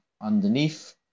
underneath